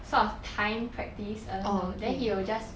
sort of time practise I don't know then he will just